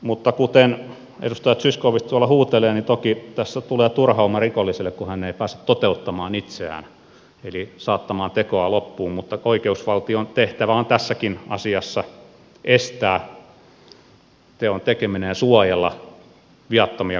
mutta kuten edustaja zyskowicz tuolla huutelee niin toki tässä tulee turhauma rikolliselle kun hän ei pääse toteuttamaan itseään eli saattamaan tekoa loppuun mutta oikeusvaltion tehtävä on tässäkin asiassa estää teon tekeminen ja suojella viattomia kansalaisia